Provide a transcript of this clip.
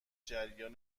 جریان